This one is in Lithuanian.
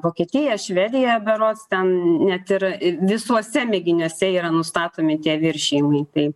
vokietija švedija berods ten net ir visuose mėginiuose yra nustatomi tie viršijimai tai